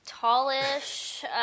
Tallish